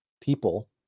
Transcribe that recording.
people